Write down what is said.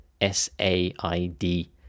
S-A-I-D